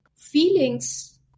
Feelings